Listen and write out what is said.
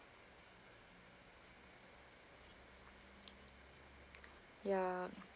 ya